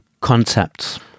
concepts